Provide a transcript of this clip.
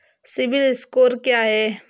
CIBIL score क्या है?